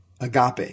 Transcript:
Agape